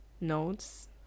notes